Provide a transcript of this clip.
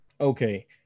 Okay